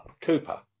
Cooper